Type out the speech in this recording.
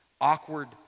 awkward